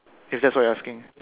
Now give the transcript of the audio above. if that's what you're asking